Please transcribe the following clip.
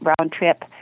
round-trip